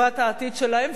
ועל זה אין מחלוקת,